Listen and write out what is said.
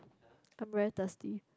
I'm very thirsty